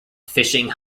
fishing